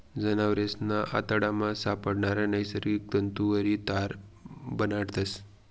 जनावरेसना आतडामा सापडणारा नैसर्गिक तंतुवरी तार बनाडतस